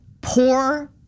poor